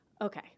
okay